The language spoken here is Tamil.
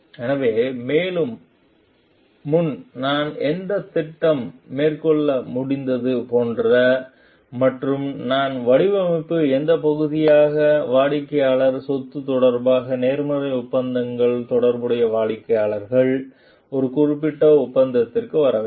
எனவே மேலும் முன் நான் எந்த திட்டம் மேற்கொள்ள முடிந்தது போன்ற மற்றும் நான் வடிவமைப்பு எந்த பகுதியாக வாடிக்கையாளர்கள் சொத்து தொடர்பாக நேர்மறையான ஒப்பந்தம் தொடர்பாக வாடிக்கையாளர் ஒரு குறிப்பிட்ட ஒப்பந்தம் வர வேண்டும்